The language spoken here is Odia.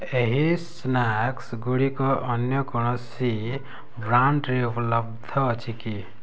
ଏହି ସ୍ନାକ୍ସ୍ଗୁଡ଼ିକ ଅନ୍ୟ କୌଣସି ବ୍ରାଣ୍ଡ୍ରେ ଉପଲବ୍ଧ ଅଛି କି